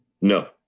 No